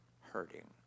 hurting